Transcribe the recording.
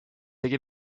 tegi